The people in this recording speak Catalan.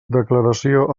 declaració